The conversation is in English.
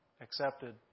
accepted